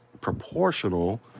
proportional